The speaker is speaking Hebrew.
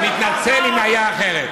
אני מתנצל אם היה אחרת.